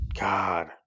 God